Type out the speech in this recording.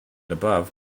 above